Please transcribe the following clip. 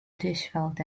dishevelled